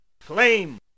flame